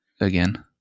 again